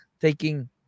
taking